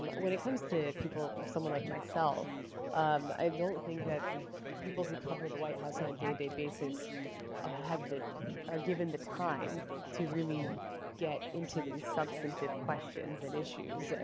but when it comes to people someone like myself i don't think that the people who cover the white house on a day-to-day basis have the are given the time to really get into these substantive questions and issues,